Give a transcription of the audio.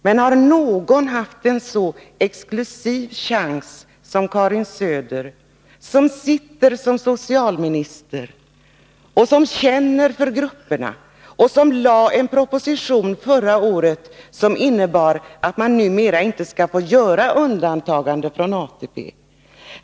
Men har någon haft en så exklusiv chans som Karin Söder — som sitter som socialminister och som känner för grupperna och som framlade en proposition förra året innebärande att det numera inte skall göras något undantagande från ATP?